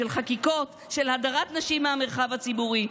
של הדרת נשים מהמרחב הציבורי.